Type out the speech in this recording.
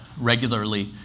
regularly